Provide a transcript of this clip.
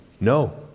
No